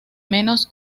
menos